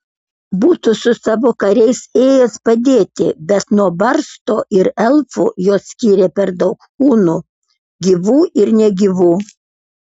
būtų su savo kariais ėjęs padėti bet nuo barsto ir elfų juos skyrė per daug kūnų gyvų ir negyvų